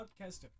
Outcaster